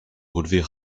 relever